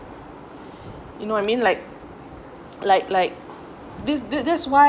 you know I mean like like like that's that's why